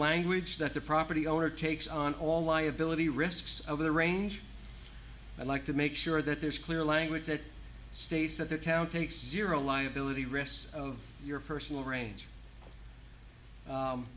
language that the property owner takes on all liability risks of the range and like to make sure that there's clear language that states that the town takes zero liability risks of your personal range